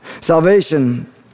Salvation